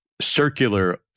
circular